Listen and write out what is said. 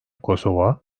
kosova